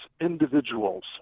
individuals